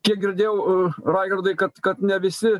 kiek girdėjau raigardai kad kad ne visi